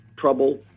trouble